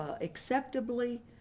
acceptably